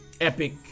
epic